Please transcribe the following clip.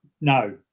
No